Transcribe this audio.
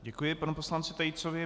Děkuji panu poslanci Tejcovi.